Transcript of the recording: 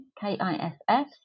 k-i-s-s